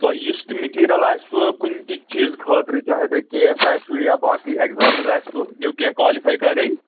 تۄہہِ یُس تہِ میٹیٖریَل آسوٕ کُنہِ تہِ چیٖزٕ خٲطرٕ چاہے توہہِ کے اے ایس آسوٕ یا باقٕے ایٚکزامٕز آسوٕ ںِیٛو کیٚنٛہہ کالِفے کَرٕنۍ